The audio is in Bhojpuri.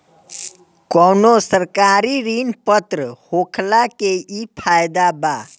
कवनो सरकारी ऋण पत्र होखला के इ फायदा बा